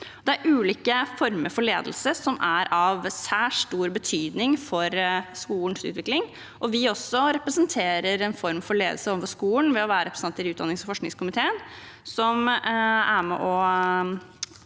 Det er ulike former for ledelse, som er av særs stor betydning for skolens utvikling. Også vi representerer en form for ledelse overfor skolen ved å være representanter i utdannings- og forskningskomiteen, som er med